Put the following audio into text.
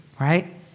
Right